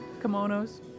Kimonos